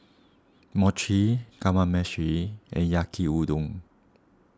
Mochi Kamameshi and Yaki Udon